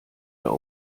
der